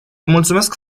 mulțumesc